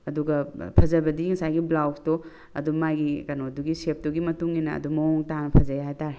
ꯑꯗꯨꯒ ꯐꯖꯕꯗꯤ ꯉꯁꯥꯏꯒꯤ ꯕ꯭ꯂꯥꯎꯁꯇꯣ ꯑꯗꯨ ꯃꯥꯒꯤ ꯀꯩꯅꯣꯗꯨꯒꯤ ꯁꯦꯞꯇꯨꯒꯤ ꯃꯇꯨꯡꯏꯟꯅ ꯑꯗꯨꯝ ꯃꯑꯣꯡ ꯇꯥꯅ ꯐꯖꯔꯦ ꯍꯥꯏꯕꯇꯥꯔꯦ